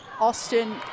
Austin